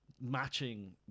matching